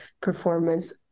performance